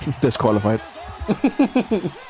disqualified